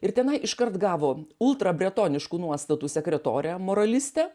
ir tenai iškart gavo ultrabretoniškų nuostatų sekretorę moralistę